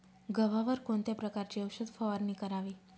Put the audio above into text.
गव्हावर कोणत्या प्रकारची औषध फवारणी करावी?